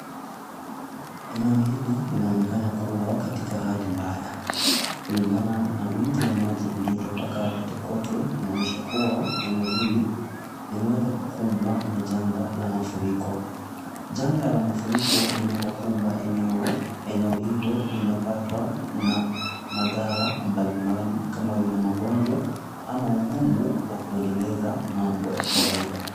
Eneo hili linaonekana kuwa katika hali mbaya. Kulingana na wingi wa maji uliotapakaa pale kote inaonyesha kuwa eneo hili, limeweza kukumbwa na janga la mafuriko. Janga la mafuriko linapo kumba eneo, eneo hilo linapatwa na madhara mbalimbali kama vile magonjwa ama ugumu wa kuendeleza mambo ya kawaida.